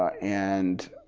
and